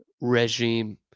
regime